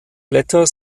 blätter